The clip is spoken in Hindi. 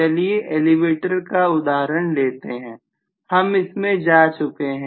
चलिए एलिवेटर को लेते हैं हम इसमें जा चुके हैं